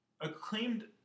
Acclaimed